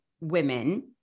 women